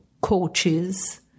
coaches